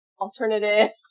alternative